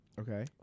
Okay